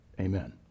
Amen